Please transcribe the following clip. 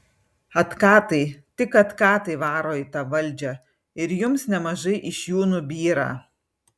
atkatai tik atkatai varo į tą valdžią ir jums nemažai iš jų nubyra